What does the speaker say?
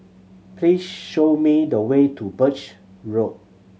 please show me the way to Birch Road